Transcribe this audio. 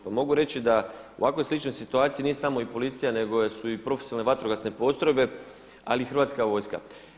Pa mogu reći da u ovakvoj sličnoj situaciju nije samo i policija nego su i profesionalne vatrogasne postrojbe ali i hrvatska vojska.